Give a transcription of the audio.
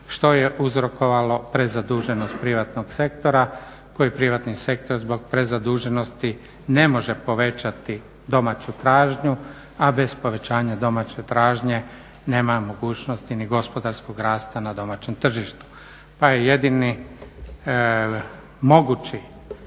što je uzrokovalo prezaduženost privatnog sektora koji privatni sektor zbog prezaduženosti ne može povećati domaću tražnju, a bez povećanja domaće tražnje nema mogućnosti ni gospodarskog rasta na domaćem tržištu pa je jedini mogući